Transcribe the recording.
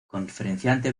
conferenciante